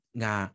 nga